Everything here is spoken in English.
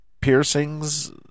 Piercings